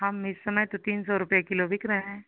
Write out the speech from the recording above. हम इस समय तो तीन सौ रुपये किलो बिक रहे हैं